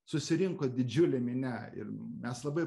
susirinko didžiulė minia ir mes labai